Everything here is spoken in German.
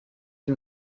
sie